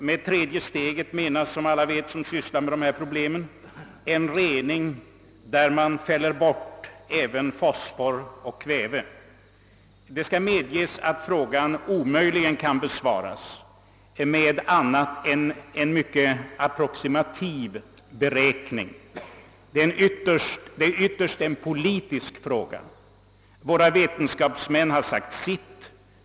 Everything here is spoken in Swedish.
Som alla vet som Ssysslat med dessa problem menas med det tredje steget en rening där man fäller bort även fosfor och kväve. Det skall medges att frågan omöjligen kan besvaras med annat än en mycket approximativ beräkning. Ytterst är det en politisk fråga. Våra vetenskapsmän har sagt sitt.